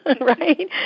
right